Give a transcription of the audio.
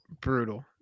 Brutal